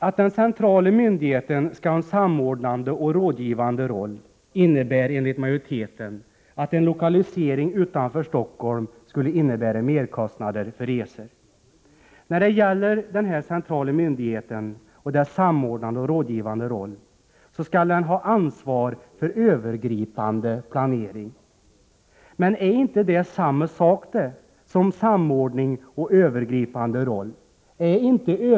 Att den centrala myndigheten skall ha en samordnande och rådgivande roll innebär att en lokalisering utanför Stockholm skulle innebära merkostnader för resor. 2. Den centrala myndigheten skall ha ansvar för övergripande planering. Men är inte det exakt samma sak som en samordnande och övergripande roll?